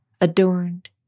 Adorned